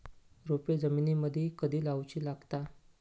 रोपे जमिनीमदि कधी लाऊची लागता?